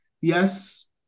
Yes